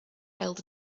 held